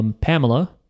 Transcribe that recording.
Pamela